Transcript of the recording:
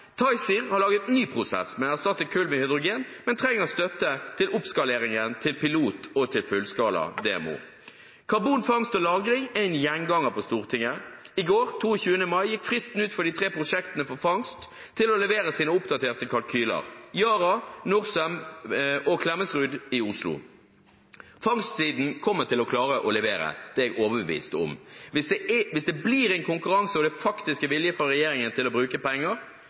har laget en ny prosess ved å erstatte kull med hydrogen, men trenger støtte til oppskaleringen, pilot og fullskala demo. Karbonfangst og -lagring er en gjenganger på Stortinget. I går, 22. mai, gikk fristen ut for de tre prosjektene for fangst til å levere sine oppdaterte kalkyler: Yara, Norcem og Klemetsrud i Oslo. Fangstsiden kommer til å klare å levere – det er jeg overbevist om. Hvis det blir en konkurranse og det faktisk er vilje fra regjeringen til å bruke penger,